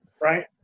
right